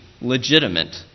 legitimate